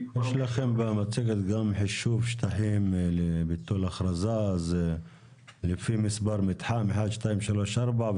יש לכם במצגת גם חישוב שטחים וביטול אכרזה זה לפי מספר מתחם 1234,